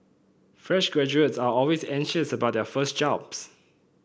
fresh graduates are always anxious about their first jobs